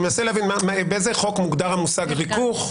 אני מנסה להבין באיזה חוק מוגדר המושג ריכוך.